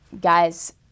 guys